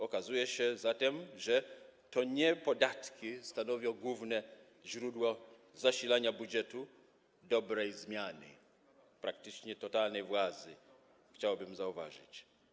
Okazuje się zatem, że to nie podatki stanowią główne źródło zasilania budżetu dobrej zmiany, praktycznie totalnej władzy, chciałbym zauważyć.